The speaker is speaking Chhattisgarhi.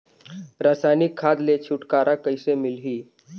रसायनिक खाद ले छुटकारा कइसे मिलही?